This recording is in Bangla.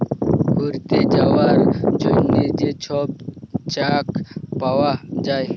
ঘ্যুইরতে যাউয়ার জ্যনহে যে ছব চ্যাক পাউয়া যায়